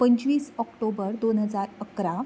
पंचवीस ऑक्टोबर दोन हजार अकरा